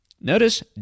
Notice